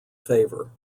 favor